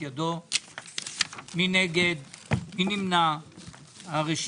‏כ"ד שבט תשפ"ג 15 בפברואר 2023 לכבוד מר ערן יעקב מנהל רשות